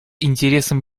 интересам